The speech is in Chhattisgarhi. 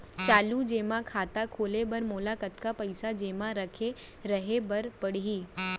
चालू जेमा खाता खोले बर मोला कतना पइसा जेमा रखे रहे बर पड़ही?